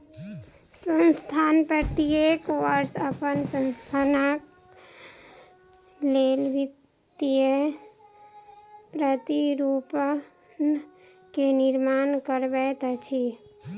संस्थान प्रत्येक वर्ष अपन संस्थानक लेल वित्तीय प्रतिरूपण के निर्माण करबैत अछि